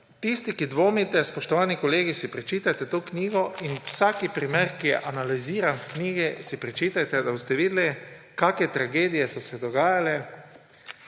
Tisti, ki dvomite, spoštovani kolegi, si preberite to knjigo in vsak primer, ki je analiziran v knjigi, si preberite, da boste videli, kakšne tragedije so se dogajale,